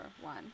one